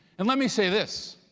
and let me say this,